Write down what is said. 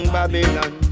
Babylon